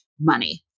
money